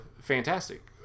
fantastic